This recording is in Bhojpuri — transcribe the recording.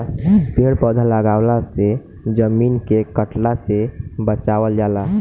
पेड़ पौधा लगवला से जमीन के कटला से बचावल जाला